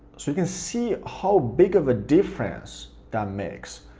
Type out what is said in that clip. so you can see how big of a difference that makes.